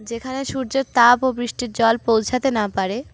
যেখানে সূর্যের তাপ ও বৃষ্টির জল পৌঁছাতে না পারে